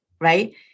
right